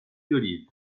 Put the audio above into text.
d’olive